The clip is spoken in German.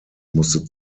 musste